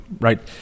right